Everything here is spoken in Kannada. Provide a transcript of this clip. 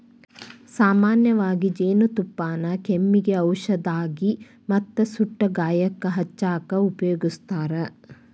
ಸಾಮನ್ಯವಾಗಿ ಜೇನುತುಪ್ಪಾನ ಕೆಮ್ಮಿಗೆ ಔಷದಾಗಿ ಮತ್ತ ಸುಟ್ಟ ಗಾಯಕ್ಕ ಹಚ್ಚಾಕ ಉಪಯೋಗಸ್ತಾರ